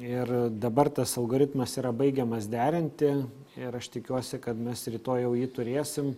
ir dabar tas algoritmas yra baigiamas derinti ir aš tikiuosi kad mes rytoj jau jį turėsim